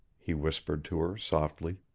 he whispered to her softly.